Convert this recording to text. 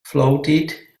floated